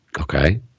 Okay